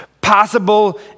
possible